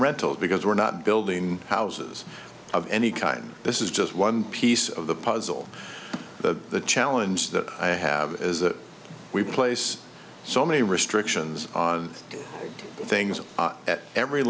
rental because we're not building houses of any kind this is just one piece of the puzzle the challenge that i have is that we place so many restrictions on things at every